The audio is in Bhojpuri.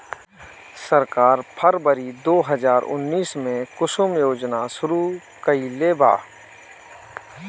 सरकार फ़रवरी दो हज़ार उन्नीस में कुसुम योजना शुरू कईलेबा